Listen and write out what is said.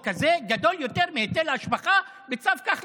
הזה גדול יותר מהיטל ההשבחה בצו כחלון,